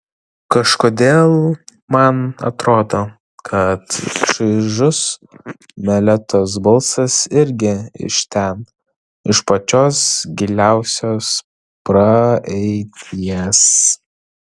kažkodėl man atrodo kad šaižus meletos balsas irgi iš ten iš pačios giliausios praeities